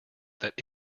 that